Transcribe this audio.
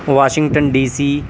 Washington DC